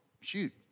shoot